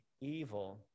evil